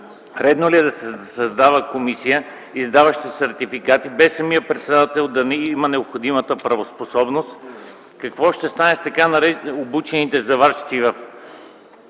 Редно ли е да се създава комисия, издаваща сертификати, без самият председател да има необходимата правоспособност? Какво ще стане с така обучените „заварчици”